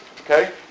okay